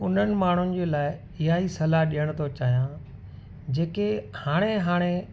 उन्हनि माण्हुनि जे लाइ इहा ई सलाह ॾियणु थो चाहियां जेके हाणे हाणे